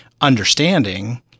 understanding